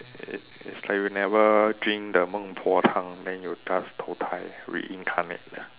it it's like you never drink the 孟婆汤：meng po tang then you just 投胎 reincarnate